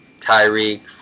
tyreek